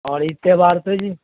اور عید تہوار پہ جی